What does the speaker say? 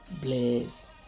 bless